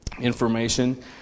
Information